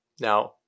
Now